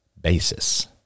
basis